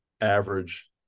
average